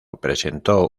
presentó